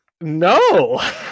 No